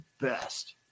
best